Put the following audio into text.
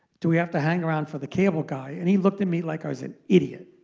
do we have to hang around for the cable guy? and he looked at me like i was an idiot.